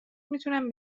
میتونم